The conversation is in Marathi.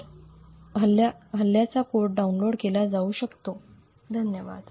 तर हल्ल्याचा कोड डाउनलोड केला जाऊ शकतो धन्यवाद